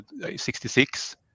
66